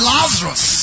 Lazarus